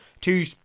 Two